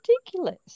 ridiculous